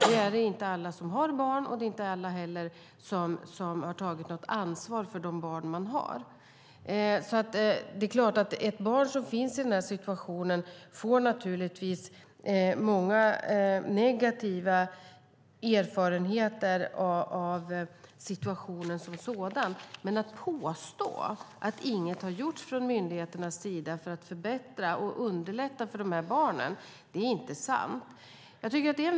Alla har inte barn, och alla tar inte heller ansvar för de barn de har. Ett barn i den situationen får naturligtvis många negativa erfarenheter av situationen som sådan, men att påstå att inget har gjorts av myndigheterna för att förbättra och underlätta för dessa barn är fel.